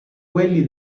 quelli